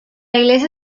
iglesia